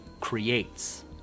creates